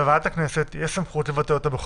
לפי הרוח הדברים שאמרת, שצריך שזה יהיה